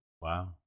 Wow